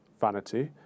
vanity